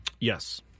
Yes